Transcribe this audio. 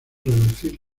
reducir